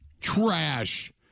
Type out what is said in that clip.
Trash